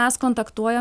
mes kontaktuojam